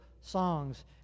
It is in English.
songs